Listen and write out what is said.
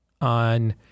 on